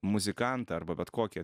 muzikantą arba bet kokį